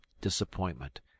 Disappointment